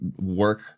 work